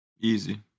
Easy